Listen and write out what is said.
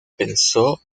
pensó